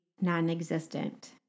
non-existent